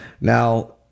Now